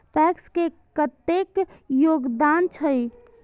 PACS के कतेक योगदान छै?